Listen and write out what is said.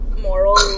moral